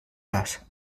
les